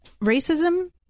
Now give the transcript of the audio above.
racism